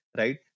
right